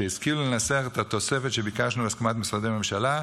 שהשכילו לנסח את התוספת שביקשנו להסכמת משרדי הממשלה.